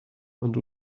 and